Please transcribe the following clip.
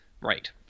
right